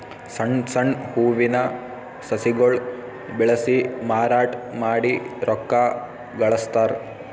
ಸಣ್ಣ್ ಸಣ್ಣ್ ಹೂವಿನ ಸಸಿಗೊಳ್ ಬೆಳಸಿ ಮಾರಾಟ್ ಮಾಡಿ ರೊಕ್ಕಾ ಗಳಸ್ತಾರ್